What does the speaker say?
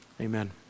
Amen